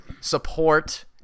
support